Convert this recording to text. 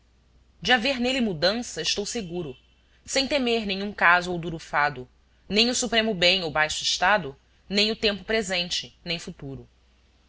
de haver nele mudança estou seguro sem temer nenhum caso ou duro fado nem o supremo bem ou baixo estado nem o tempo presente nem futuro